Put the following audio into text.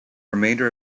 remainder